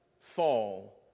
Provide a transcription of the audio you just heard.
fall